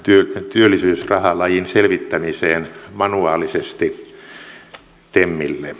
työllisyysrahalajin selvittämiseen manuaalisesti temille